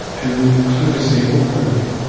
and how disabled were they?